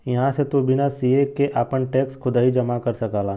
इहां से तू बिना सीए के आपन टैक्स खुदही जमा कर सकला